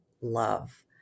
Love